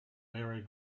mary